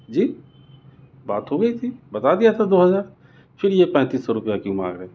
جی بات ہو گئی تھی بتا دیا تھا دو ہزار پھر یہ پینتیس سو روپیہ کیوں مانگ رہے ہیں